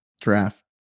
draft